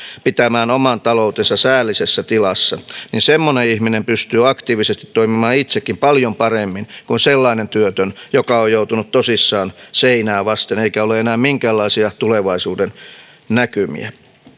pitämään oman taloutensa säällisessä tilassa niin semmoinen ihminen pystyy aktiivisesti toimimaan itsekin paljon paremmin kuin sellainen työtön joka on joutunut tosissaan seinää vasten eikä ole enää minkäänlaisia tulevaisuudennäkymiä